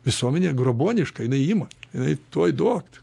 visuomenė grobuoniška jinai ima jinai tuoj duok tik